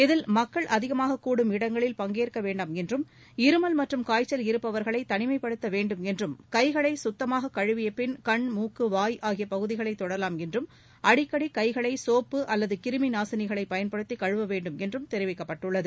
இதில் மக்கள் அதிகமாக கூடும் இடங்களில் பங்கேற்க வேண்டாம் என்றும் இருமல் மற்றும் காய்ச்சல் இருப்பவர்களை தனிமைப்படுத்த வேண்டும் என்றும் கைகளை சுத்தமாக கழுவியபின் கண் மூக்கு வாய் ஆகிய பகுதிகளை தொடலாம் என்றும் அடிக்கடி கைகளை சோப்பு அல்லது கிருமி நாசினிகளை பயன்படுத்தி கழுவ வேண்டும் என்றும் தெரிவிக்கப்பட்டுள்ளது